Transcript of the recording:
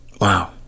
wow